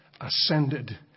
ascended